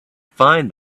find